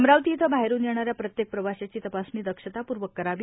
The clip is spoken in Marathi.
अमरावती इथं बाहेरून येणा या प्रत्येक प्रवाशाची तपासणी दक्षतापूर्वक करावी